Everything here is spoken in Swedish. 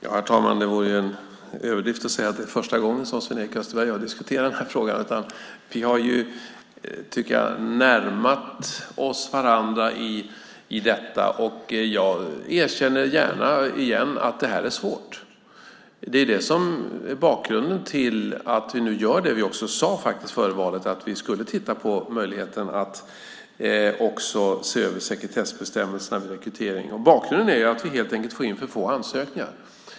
Herr talman! Det vore en överdrift att säga att det är första gången som Sven-Erik Österberg och jag diskuterar den här frågan. Vi har, tycker jag, närmat oss varandra i detta. Jag erkänner gärna igen att det här är svårt. Det är det som är skälet till att vi nu gör det som vi också sade före valet, att vi skulle titta på möjligheten att se över sekretessbestämmelserna vid rekrytering. Bakgrunden är att vi helt enkelt får in för få ansökningar.